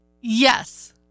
yes